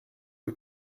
que